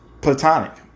platonic